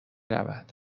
رود